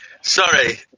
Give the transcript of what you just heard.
sorry